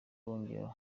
wongera